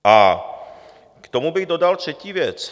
A k tomu bych dodal třetí věc.